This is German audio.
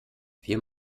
wir